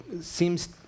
seems